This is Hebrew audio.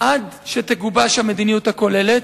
עד שתגובש המדיניות הכוללת,